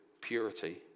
purity